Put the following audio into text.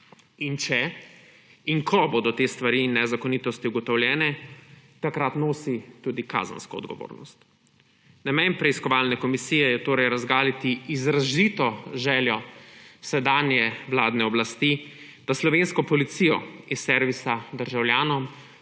In če in ko bodo te stvari in nezakonitosti ugotovljene, takrat nosi tudi kazensko odgovornost. Namen preiskovalne komisije je torej razgaliti izrazito željo sedanje vladne oblasti, da slovensko policijo iz servisa državljanov